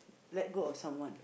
let go of someone